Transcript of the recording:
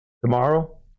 tomorrow